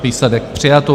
Výsledek: přijato.